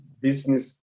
business